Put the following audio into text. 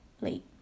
late